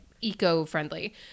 eco-friendly